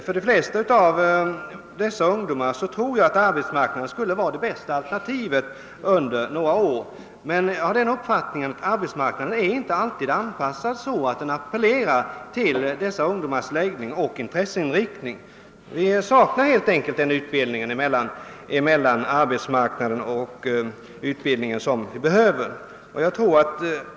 För de flesta av dessa ungdomar tror jag att arbetsmarknaden vore det bästa alternativet under några år. Jag har emellertid den uppfattningen att arbetsmarknaden inte alltid är anpassad så att den appellerar till dessa ungdomars läggning och intresseinriktning. Vi saknar helt enkelt den samordning mellan utbildning och arbetsmarknad som vi: behöver.